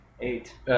eight